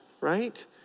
right